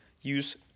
use